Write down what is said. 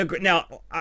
Now